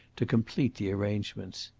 to complete the arrangements.